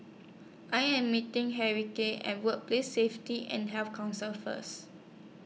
I Am meeting Henriette At Workplace Safety and Health Council First